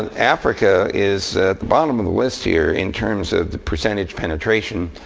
and africa is at the bottom of the list here in terms of the percentage penetration.